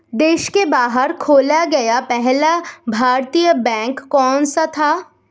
देश के बाहर खोला गया पहला भारतीय बैंक कौन सा था?